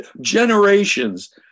generations